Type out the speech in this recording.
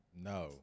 No